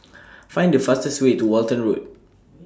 Find The fastest Way to Walton Road